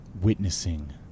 witnessing